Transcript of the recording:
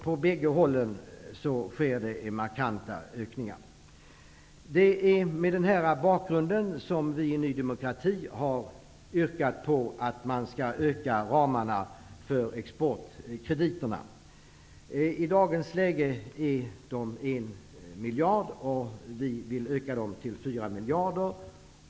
På bägge håll sker det således markanta ökningar. Det är mot denna bakgrund vi i Ny demokrati har yrkat på att man skall öka ramarna för exportkrediterna. I dag är ramen 1 miljard, och vi vill öka den till 4 miljarder.